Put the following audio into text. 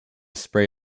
spray